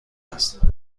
است